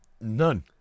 None